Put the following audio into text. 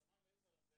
סמן הלייזר הזה,